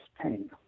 pain